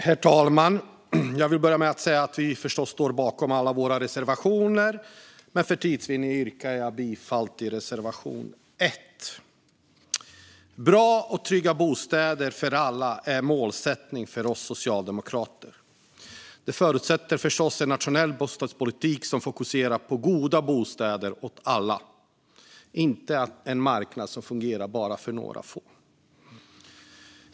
Herr talman! Vi står förstås bakom alla våra reservationer, men för tids vinnande yrkar jag bifall endast till reservation 1. Bra och trygga bostäder för alla är en målsättning för oss socialdemokrater. Det förutsätter en nationell bostadspolitik som fokuserar på goda bostäder åt alla, inte på en marknad som fungerar för bara några få.